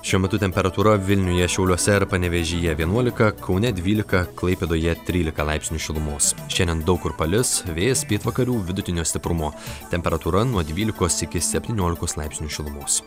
šiuo metu temperatūra vilniuje šiauliuose ir panevėžyje vienuolika kaune dvylika klaipėdoje trylika laipsnių šilumos šiandien daug kur palis vėjas pietvakarių vidutinio stiprumo temperatūra nuo dvylikos iki septyniolikos laipsnių šilumos